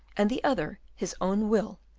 and the other his own will,